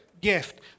gift